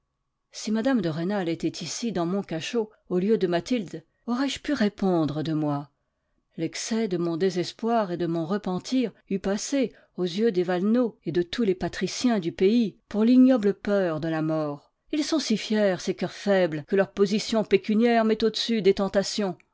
si mme de rênal était ici dans mon cachot au lieu de mathilde aurais-je pu répondre de moi l'excès de mon désespoir et de mon repentir eût passé aux yeux des valenod et de tous les patriciens du pays pour l'ignoble peur de la mort ils sont si fiers ces coeurs faibles que leur position pécuniaire met au-dessus des tentations